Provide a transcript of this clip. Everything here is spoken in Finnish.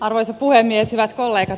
arvoisa puhemies